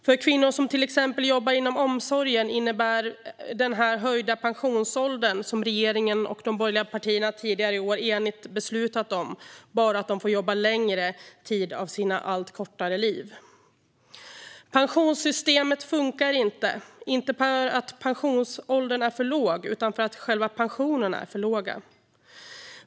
För exempelvis kvinnor som jobbar inom omsorgen innebär den höjda pensionsålder som regeringen och de borgerliga partierna tidigare i år enigt beslutat om bara att de får jobba längre tid av sina allt kortare liv. Pensionssystemet funkar inte, inte för att pensionsåldern är för låg utan för att själva pensionerna är för låga.